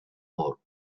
more